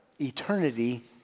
eternity